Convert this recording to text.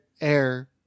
Air